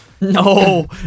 No